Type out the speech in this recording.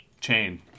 chain